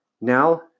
Now